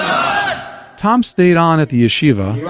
um tom stayed on at the yeshiva,